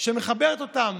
שמחברת אותם